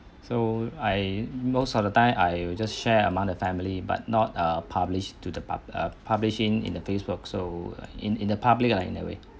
so I most of the time I will just share among the family but not err published to the uh publishing in a Facebook so in in the public oh in that way